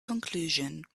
conclusion